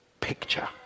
picture